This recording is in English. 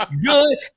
good